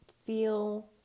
feel